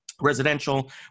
residential